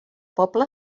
poble